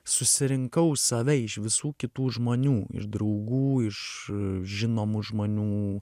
susirinkau save iš visų kitų žmonių iš draugų iš žinomų žmonių